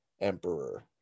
emperor